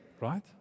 right